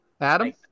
Adam